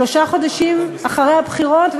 שלושה חודשים אחרי הבחירות,